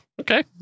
Okay